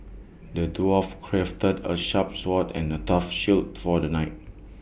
the dwarf crafted A sharp sword and A tough shield for the knight